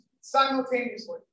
simultaneously